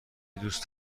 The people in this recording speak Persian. دوست